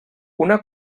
una